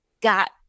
got